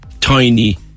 tiny